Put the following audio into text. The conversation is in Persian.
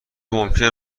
ممکن